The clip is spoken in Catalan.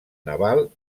naval